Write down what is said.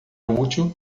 útil